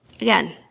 Again